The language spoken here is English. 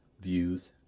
views